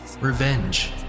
revenge